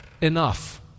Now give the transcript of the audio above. enough